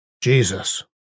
Jesus